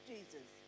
Jesus